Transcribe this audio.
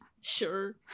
sure